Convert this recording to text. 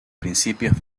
principios